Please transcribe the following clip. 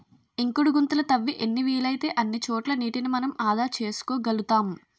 ఇంకుడు గుంతలు తవ్వి ఎన్ని వీలైతే అన్ని చోట్ల నీటిని మనం ఆదా చేసుకోగలుతాం